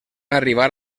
arribar